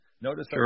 Notice